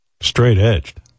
Straight-edged